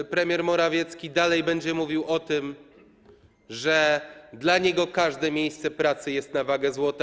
Czy premier Morawiecki dalej będzie mówić o tym, że dla niego każde miejsce pracy jest na wagę złota?